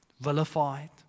vilified